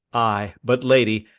ay, but, lady,